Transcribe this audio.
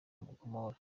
comores